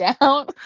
down